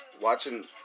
watching